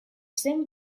zen